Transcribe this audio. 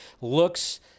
looks